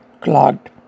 clogged